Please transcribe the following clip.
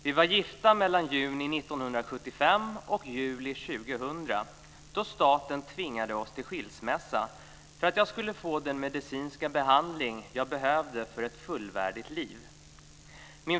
Vi var gifta mellan juni 1975 och juli 2000, då staten tvingade oss till skilsmässa för att jag skulle få den medicinska behandling jag behövde för ett fullvärdigt liv.